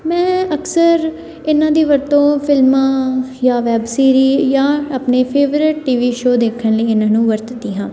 ਮੈਂ ਅਕਸਰ ਇਹਨਾਂ ਦੀ ਵਰਤੋਂ ਫਿਲਮਾਂ ਜਾਂ ਵੈਬ ਸੀਰੀ ਜਾਂ ਆਪਣੇ ਫੇਵਰੇਟ ਟੀ ਵੀ ਸ਼ੋ ਦੇਖਣ ਲਈ ਇਹਨਾਂ ਨੂੰ ਵਰਤਦੀ ਹਾਂ